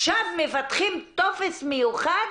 עכשיו מפתחים טופס מיוחד